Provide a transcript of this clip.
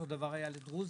דרוזים,